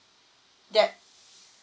yup